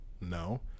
No